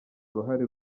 uruhare